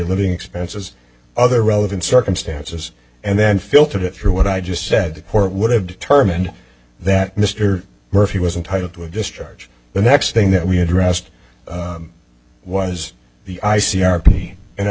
living expenses other relevant circumstances and then filtered it through what i just said the court would have determined that mr murphy was entitled to a discharge the next thing that we addressed was the i c r c and i